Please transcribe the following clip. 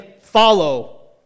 Follow